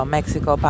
Mexico